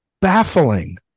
baffling